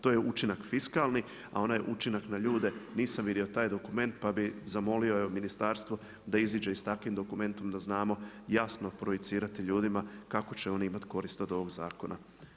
To je učinak fiskalni, a onaj učinak na ljude nisam vidio taj dokument, pa bih zamolio evo ministarstvo da iziđe i sa takvim dokumentom, da znamo jasno projicirati ljudima kakvu će oni imati korist od ovog zakona.